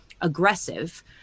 aggressive